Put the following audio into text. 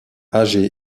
âgé